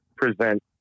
present